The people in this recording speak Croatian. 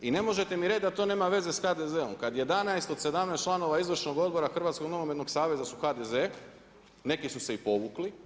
I ne možete mi reći da to nema veze s HDZ-om, kad 11 od 17 članova izvršnog odbora Hrvatskog nogometnog saveza su HDZ, neki su se i povukli.